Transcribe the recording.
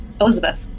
Elizabeth